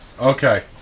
Okay